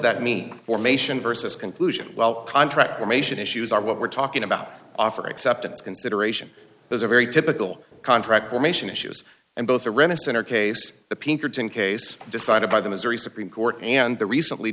that mean formation versus conclusion well contract formation issues are what we're talking about offer acceptance consideration those are very typical contract formation issues and both are rennison or case the pinkerton case decided by the missouri supreme court and the recently